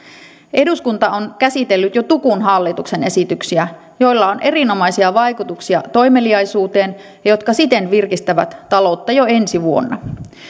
eduskunta on käsitellyt jo tukun hallituksen esityksiä joilla on erinomaisia vaikutuksia toimeliaisuuteen ja jotka siten virkistävät taloutta jo ensi vuonna